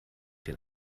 den